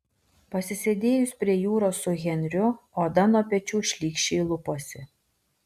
pasisėdėjus prie jūros su henriu oda nuo pečių šlykščiai luposi